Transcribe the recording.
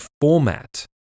format